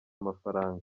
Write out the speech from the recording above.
amafaranga